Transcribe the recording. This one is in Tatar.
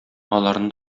аларны